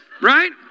right